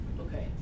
Okay